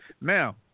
Now